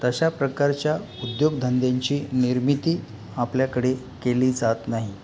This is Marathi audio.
तशा प्रकारच्या उद्योगधंद्यांची निर्मिती आपल्याकडे केली जात नाही